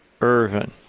Irvin